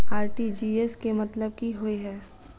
RTGS केँ मतलब की होइ हय?